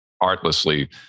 artlessly